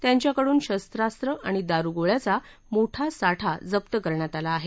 त्यांच्याकडून शस्त्रास्त्र आणि दारु गोळ्याचा मोठा साठा जप्त करण्यात आला आहे